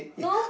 no